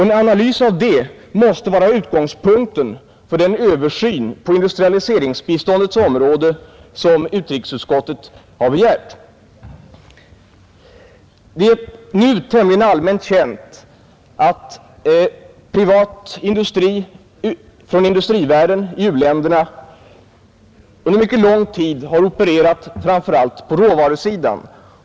En analys av det måste vara utgångspunkten för den översyn på industrialiseringsbiståndets område som utrikesutskottet har begärt. Det är nu tämligen allmänt känt hur privat industri från industrivärlden under mycket lång tid har opererat i u-länderna, på råvarusidan.